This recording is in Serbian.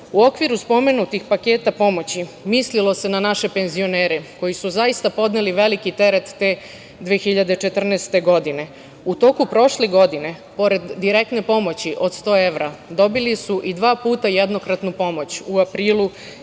okviru spomenutih paketa pomoći mislilo se na naše penzionere koji su zaista podneli veliki teret te 2014. godine. U toku prošle godine pored direktne pomoći od 100 evra dobili su i dva puta jednokratnu pomoć u aprilu